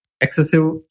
excessive